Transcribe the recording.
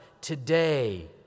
today